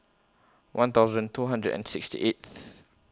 one thousand two hundred and sixty eighth